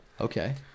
Okay